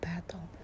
Battle